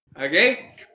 Okay